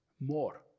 More